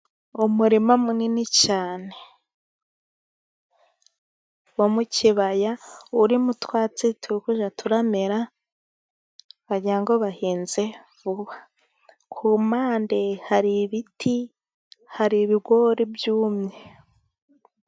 Umurima munini cyane wo mu kibaya, urimo utwatsi turi kujya turamera, wagira ngo bahinze vuba. Ku mpande, hari ibiti, hari ibigori byumye.